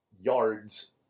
yards